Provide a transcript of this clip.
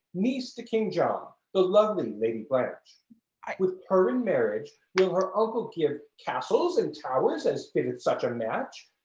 niece to king john, the lovely lady blanche with her in marriage will her uncle give castles and towers as fitteth such a match.